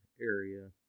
area